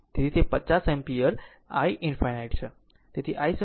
તેથી તે 50 ampere I ∞ છે